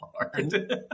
hard